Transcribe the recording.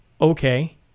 Okay